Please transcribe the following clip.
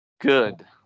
Good